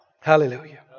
Hallelujah